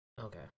Okay